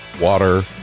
water